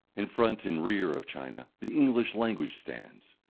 in front and rear of china the english language stands.